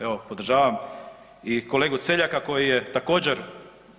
Evo podržavam i kolegu Celjaka koji je također